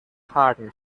hagen